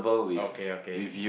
okay okay